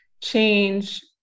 change